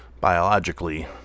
biologically